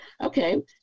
Okay